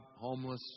homeless